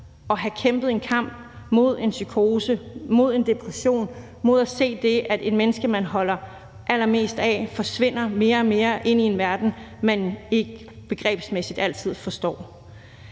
og have kæmpet en kamp mod en psykose, mod en depression, mod at se, at det menneske, man holder allermest af, forsvinder ind i en verden, man ikke begrebsmæssigt altid forstår,